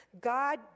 God